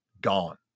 Gone